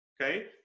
okay